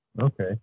Okay